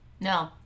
No